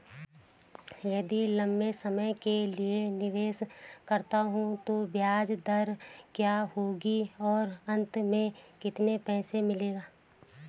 यदि लंबे समय के लिए निवेश करता हूँ तो ब्याज दर क्या होगी और अंत में कितना पैसा मिलेगा?